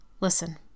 Listen